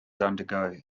undergo